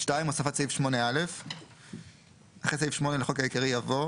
הוספת סעיף 8א 2. אחרי סעיף 8 לחוק העיקרי יבוא: